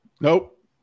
Nope